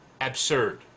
absurd